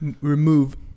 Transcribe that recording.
Remove